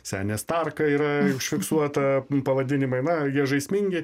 senės tarka yra užfiksuota pavadinimai na jie žaismingi